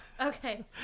okay